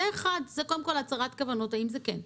זו קודם כל הצהרת כוונות, האם זה כן.